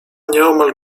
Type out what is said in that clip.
nieomal